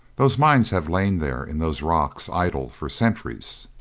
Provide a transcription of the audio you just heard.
those mines have lain there in those rocks idle for centuries,